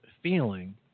feeling